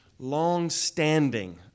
long-standing